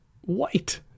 white